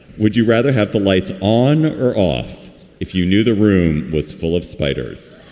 would you rather have the lights on or off if you knew the room was full of spiders?